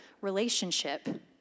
relationship